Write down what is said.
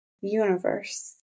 universe